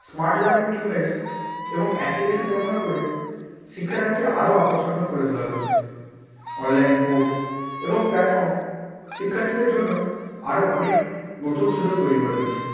smart learning device এবং application ব্যবহার করে শিক্ষাদানকে আরও আকর্ষণীয় করে তোলা হচ্ছে অনলাইন কোর্স এবং প্ল্যাটফর্ম শিক্ষার্থীদের জন্য আরও অনেক নতুন সুযোগ তৈরি করে দিচ্ছে